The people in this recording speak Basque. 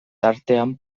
tartean